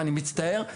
ואני מצטער,